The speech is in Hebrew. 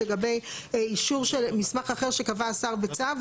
לגבי אישור, מסמך אחר שקבע השר בצו.